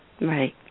Right